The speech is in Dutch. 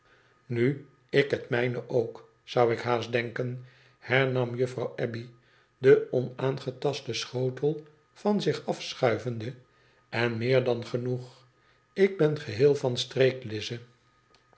nu ik het mijne ook zou ik haast denken hernam juffrouw abbey den onaangetasten schotel van zich afschuivende en meer dan genoeg ik ben geheel van streek lize